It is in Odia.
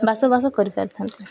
ବସବାସ କରିପାରିଥାନ୍ତି